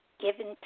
Given